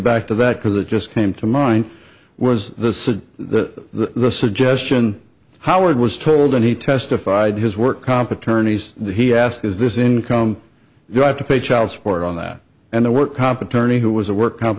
back to that because it just came to mind was the suggestion howard was told and he testified his work comp attorneys he asked is this income you have to pay child support on that and the work comp attorney who was a work comp